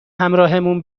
همراهمون